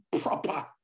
proper